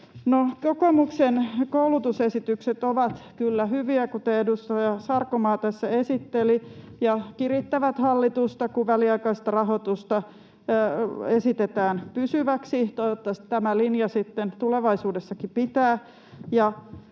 kokoomuksen koulutusesitykset ovat kyllä hyviä, kuten edustaja Sarkomaa tässä esitteli, ja kirittävät hallitusta, kun väliaikaista rahoitusta esitetään pysyväksi. Toivottavasti tämä linja sitten tulevaisuudessakin pitää.